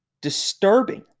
Disturbing